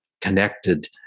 connected